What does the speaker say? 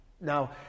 Now